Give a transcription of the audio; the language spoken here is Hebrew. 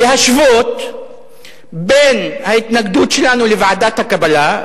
להשוות בין ההתנגדות שלנו לוועדת הקבלה,